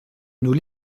nous